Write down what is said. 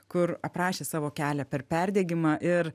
kur aprašė savo kelią per perdegimą ir